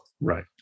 right